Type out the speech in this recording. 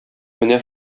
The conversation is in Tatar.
менә